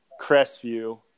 Crestview